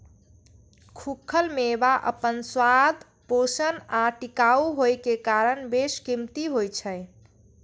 खूखल मेवा अपन स्वाद, पोषण आ टिकाउ होइ के कारण बेशकीमती होइ छै